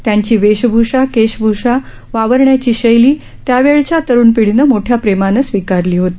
त्यांची वेशभूषा वावरण्याची शैली त्या वेळेच्या तरुण पिढीनं मोठ्या प्रेमानं स्विकारली होती